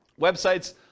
websites